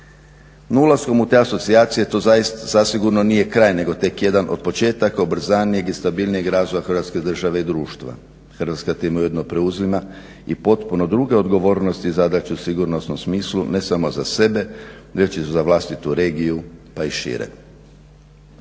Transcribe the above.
No, ulaskom u te asocijacije to zaista zasigurno nije kraj nego tek jedan od početaka ubrzanijeg i stabilnijeg razvoja Hrvatske države i društva. Hrvatska time ujedno preuzima i potpuno druge odgovornosti i zadaće u sigurnosnom smislu ne samo za sebe već i za vlastitu regiju pa i šire.